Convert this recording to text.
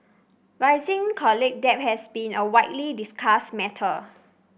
rising college debt has been a widely discussed matter